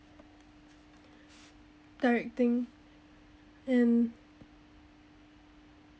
directing and